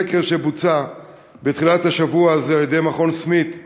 בסקר שבוצע בתחילת השבוע הזה על-ידי מכון סמית למחקר,